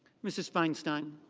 mrs. feinstein.